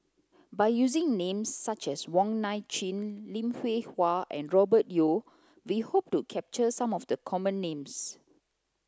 by using names such as Wong Nai Chin Lim Hwee Hua and Robert Yeo we hope to capture some of the common names